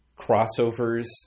crossovers